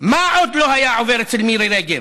מה עוד לא היה עובר אצל מירי רגב?